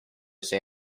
say